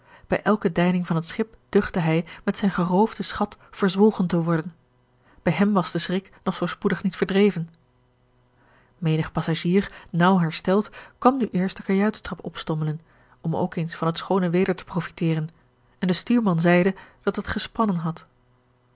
bij elke deining van het schip duchtte hij met zijn geroofden schat verzwolgen te worden bij hem was de schrik nog zoo spoedig niet verdreven menig passagier naauw hersteld kwam nu eerst den kajuitstrap opstommelen om ook eens van het schoone weder te profiteren en de stuurman zeide dat het gespannen had